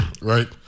right